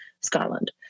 Scotland